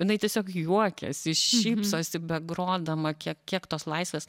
jinai tiesiog juokiasi šypsosi begrodama kiek kiek tos laisvės